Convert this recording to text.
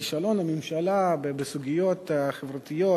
כישלון הממשלה בסוגיות חברתיות,